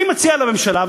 אני מציע לממשלה,